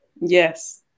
Yes